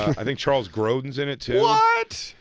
i think charles grodin's in it, too. what!